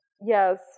Yes